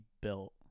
built